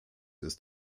ist